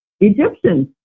Egyptians